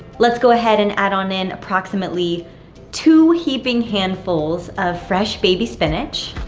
let's go ahead and add on in approximately two heaping handfuls of fresh baby spinach,